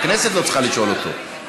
הכנסת לא צריכה לשאול אותו.